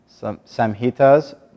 Samhitas